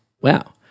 wow